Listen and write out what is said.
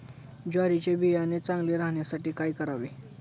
ज्वारीचे बियाणे चांगले राहण्यासाठी काय करावे?